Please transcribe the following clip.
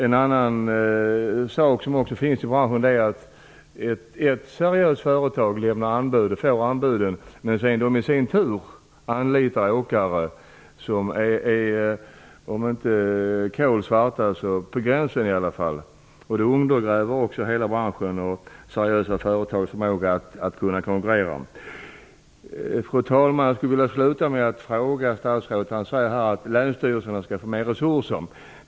Ett annat problem är att ett seriöst företag kan lämna anbud och få jobbet men sedan i sin tur anlita en åkare, som är om inte kolsvart så i alla fall på gränsen. Det undergräver hela branschen och de seriösa företagens förmåga att konkurrera. Jag vill avsluta med att ställa en fråga. Statsrådet säger i svaret att länsstyrelserna skall få mer resurser.